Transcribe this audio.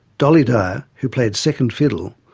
dolly dyer, who played second fiddle,